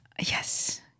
Yes